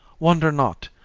wonder not,